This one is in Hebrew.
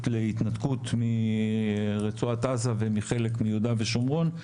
להתנתקות מרצועת עזה ומחלק מיהודה ושומרון.